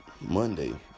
Monday